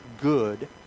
good